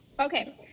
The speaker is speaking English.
Okay